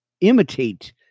imitate